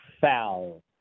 foul